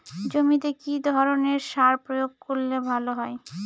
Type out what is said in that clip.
জমিতে কি ধরনের সার প্রয়োগ করলে ভালো হয়?